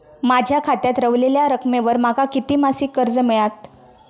माझ्या खात्यात रव्हलेल्या रकमेवर माका किती मासिक कर्ज मिळात?